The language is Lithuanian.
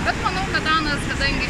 bet manau kad danas kadangi